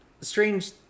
strange